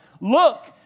look